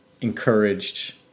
encouraged